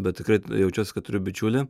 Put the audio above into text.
bet tikrai jaučiuosi kad turiu bičiulį